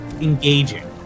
engaging